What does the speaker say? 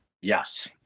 yes